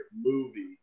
movie